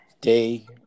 day